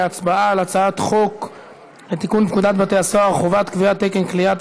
להצבעה על הצעת חוק לתיקון פקודת בתי-הסוהר (חובת קביעת תקן כליאה),